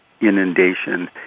inundation